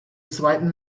zweiten